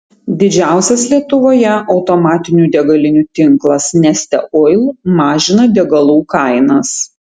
didžiausias lietuvoje automatinių degalinių tinklas neste oil mažina degalų kainas